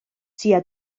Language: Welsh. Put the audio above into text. tua